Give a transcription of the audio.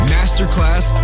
Masterclass